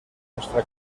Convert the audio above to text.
nuestra